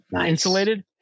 insulated